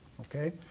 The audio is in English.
okay